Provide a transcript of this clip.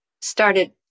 started